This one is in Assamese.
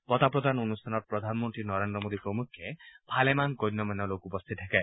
বঁটা প্ৰদান অনুষ্ঠানত প্ৰধানমন্ত্ৰী নৰেন্দ্ৰ মোদী প্ৰমুখ্যে ভালেমান গণ্য মান্য লোক উপস্থিত থাকে